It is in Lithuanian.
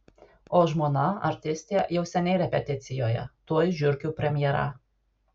o žmona artistė jau seniai repeticijoje tuoj žiurkių premjera